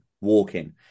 walking